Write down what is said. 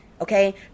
Okay